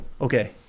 okay